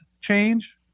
change